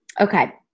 Okay